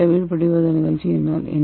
வீழ்படிவாதல் நிகழ்ச்சி என்றால் என்ன